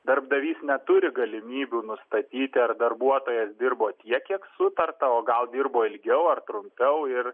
darbdavys neturi galimybių nustatyti ar darbuotojas dirbo tiek kiek sutarta o gal dirbo ilgiau ar trumpiau ir